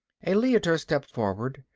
a leiter stepped forward,